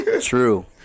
true